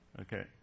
Okay